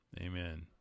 Amen